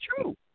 true